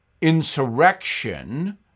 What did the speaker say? insurrection